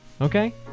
okay